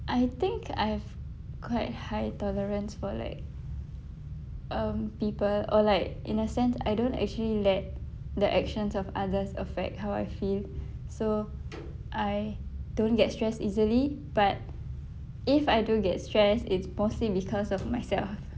I think I have quite high tolerance for like um people or like in a sense I don't actually let the actions of others affect how I feel so I don't get stressed easily but if I do get stressed it's mostly because of myself